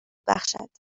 بخشد